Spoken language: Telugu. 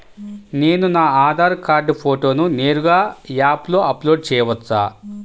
నేను నా ఆధార్ కార్డ్ ఫోటోను నేరుగా యాప్లో అప్లోడ్ చేయవచ్చా?